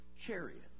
chariot